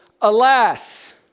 alas